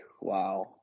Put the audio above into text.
Wow